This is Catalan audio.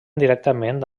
directament